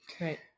Right